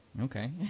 Okay